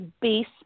base